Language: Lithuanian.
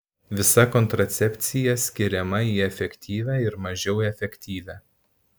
visa kontracepcija skiriama į efektyvią ir mažiau efektyvią